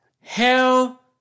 Hell